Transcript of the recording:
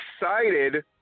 excited